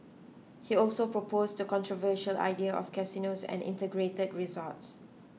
he also proposed the controversial idea of casinos or integrated resorts